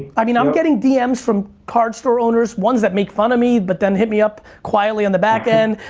i mean, i'm getting dms from card store owners, ones that make fun of me but then hit me up quietly on the backend.